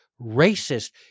racist